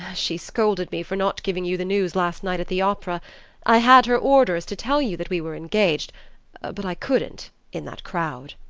she scolded me for not giving you the news last night at the opera i had her orders to tell you that we were engaged but i couldn't, in that crowd.